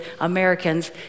Americans